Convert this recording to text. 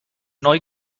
neu